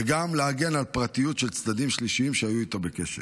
וגם להגן על פרטיות של צדדים שלישיים שהיו איתו בקשר.